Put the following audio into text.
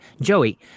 Joey